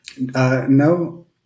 no